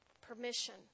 Permission